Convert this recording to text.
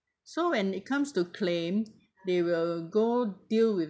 so when it comes to claim they will go deal with